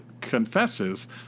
confesses